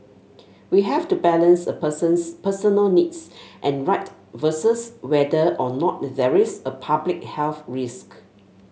we have to balance a person's personal needs and right versus whether or not there is a public health risk